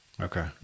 Okay